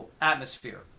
atmosphere